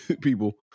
people